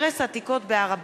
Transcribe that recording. הרס עתיקות בהר-הבית,